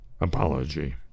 apology